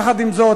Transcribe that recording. יחד עם זאת,